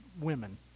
women